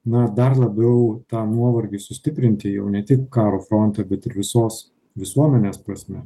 na dar labiau tą nuovargį sustiprinti jau ne tik karo fronte bet ir visos visuomenės prasme